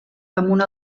damunt